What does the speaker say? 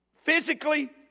physically